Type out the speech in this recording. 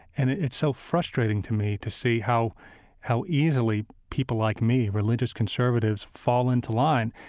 and it's so frustrating to me to see how how easily people like me, religious conservatives, fall into line.